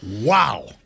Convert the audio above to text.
Wow